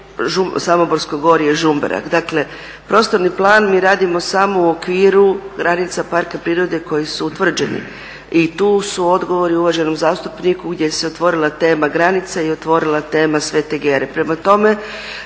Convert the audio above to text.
prostorni plan mi radimo samo u okviru granica parka prirode koji su utvrđeni. I tu su odgovori uvaženom zastupniku gdje se otvorila tema granica i otvorila tema Svete Gere.